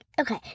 Okay